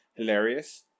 hilarious